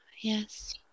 yes